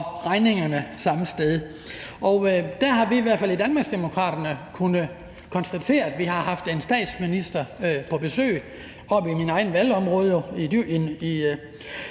Der har vi i hvert fald i Danmarksdemokraterne kunnet konstatere, at vi har haft en statsminister oppe på besøg i mit eget valgområde i